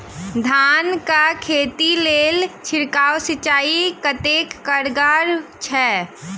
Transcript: धान कऽ खेती लेल छिड़काव सिंचाई कतेक कारगर छै?